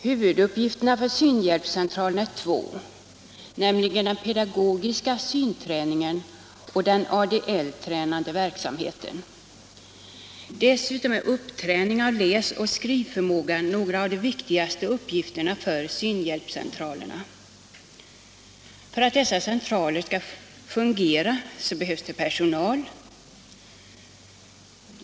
Huvuduppgifterna för synhjälpscentralen är två, nämligen den pedagogiska synträningen och den Adl-tränande verksamheten. Dessutom hör uppträning av läs och skrivförmågan till de viktigaste uppgifterna för synhjälpscentralerna. För att dessa centraler skall fungera behövs personal.